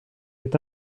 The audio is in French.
est